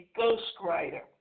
ghostwriter